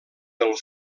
del